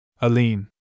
Aline